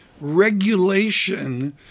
Regulation